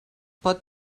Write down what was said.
pot